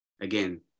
again